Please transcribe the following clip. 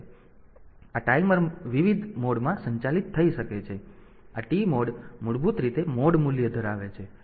તેથી આ ટાઈમર વિવિધ વિવિધ મોડમાં સંચાલિત થઈ શકે છે અને આ TMOD મૂળભૂત રીતે મોડ મૂલ્ય ધરાવે છે